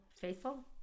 faithful